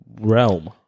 realm